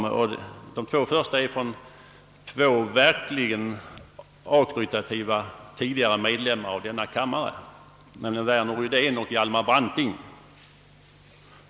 Först är det två citat från verkligt auktoritativa och prominenta tidigare medlemmar av denna kammare, nämligen Värner Rydén och Hjalmar Branting.